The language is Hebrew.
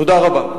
תודה רבה.